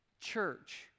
church